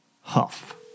Huff